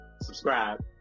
subscribe